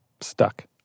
stuck